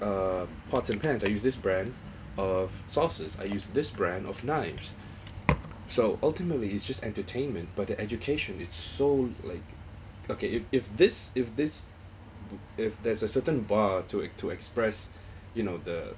uh pots and pans I use this brand of sauces I use this brand of knives so ultimately it's just entertainment by their education it's so like okay if if this if this if there's a certain bar to act to express you know the